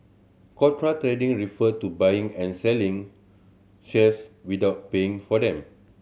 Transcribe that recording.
contra trading refer to buying and selling shares without paying for them